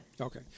Okay